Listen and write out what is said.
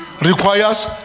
requires